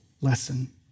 lesson